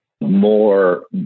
more